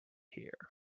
hear